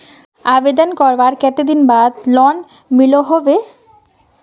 आवेदन करवार कते दिन बाद लोन मिलोहो होबे?